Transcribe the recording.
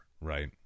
Right